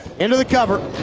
into the cover.